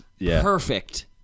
perfect